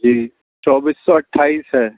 جی چوبیس سو اٹھائیس ہے